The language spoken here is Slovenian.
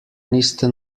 niste